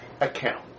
account